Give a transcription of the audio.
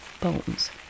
bones